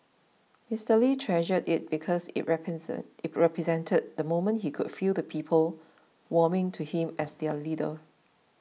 Mister Lee treasured it because it represent it represented the moment he could feel the people warming to him as their leader